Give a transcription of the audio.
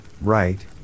right